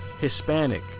Hispanic